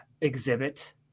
exhibit